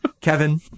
Kevin